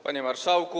Panie Marszałku!